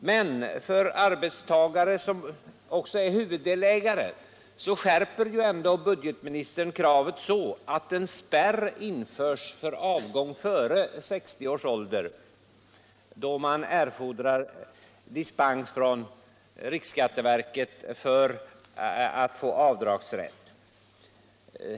Men för arbetstagare som också är huvuddelägare skärper budgetministern ändå kravet så att en spärr införs för avgång före 60 års ålder, då man erfordrar dispens från riksskatteverket för avdragsrätt.